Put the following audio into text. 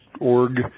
org